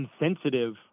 insensitive